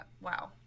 Wow